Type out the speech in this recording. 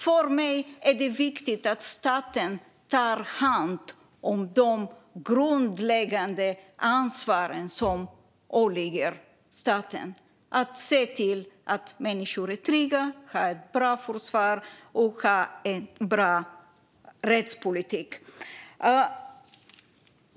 För mig är det viktigt att staten tar hand om det grundläggande ansvar som åligger den: att se till att människor är trygga och att ha ett bra försvar och en bra rättspolitik.